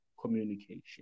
communication